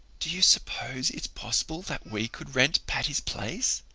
do you suppose it's possible that we could rent patty's place?